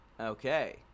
Okay